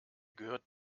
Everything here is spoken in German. gehört